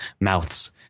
mouths